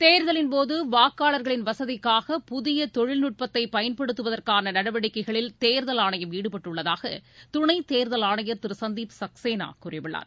தேர்தலின்போது வாக்காளர்களின் வசதிக்காக புதிய தொழில்நுட்பத்தை பயன்படுத்துவதற்கான நடவடிக்கைகளில் தேர்தல் ஆணையம் ஈடுபட்டுள்ளதாக துணைத் தேர்தல் ஆணையர் திரு சந்தீப் சக்சேனா கூறியுள்ளார்